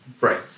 Right